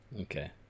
Okay